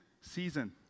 season